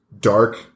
dark